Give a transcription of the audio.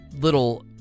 little